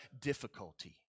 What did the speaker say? difficulty